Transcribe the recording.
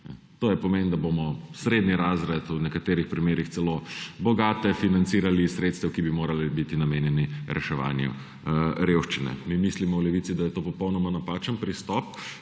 To pomeni, da bomo srednji razred, v nekaterih primerih celo bogate financirali iz sredstev, ki bi morala biti namenjena reševanju revščine. Mi v Levici mislimo, da je to popolnoma napačen pristop,